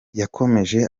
yakomeje